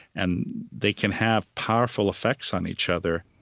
and they can have powerful effects on each other